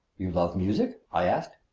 you love music? i asked.